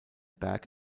berg